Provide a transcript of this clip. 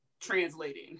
translating